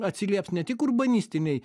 atsilieps ne tik urbanistinei